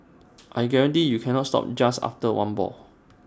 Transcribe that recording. I guarantee you cannot stop just after one ball